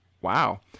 wow